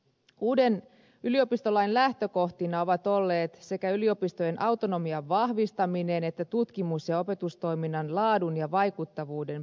uuden yliopistolain lähtökohtina ovat olleet sekä yliopistojen autonomian vahvistaminen että tutkimus ja opetustoiminnan laadun ja vaikuttavuuden parantaminen